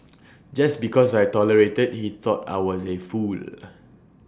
just because I tolerated he thought I was A fool